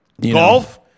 Golf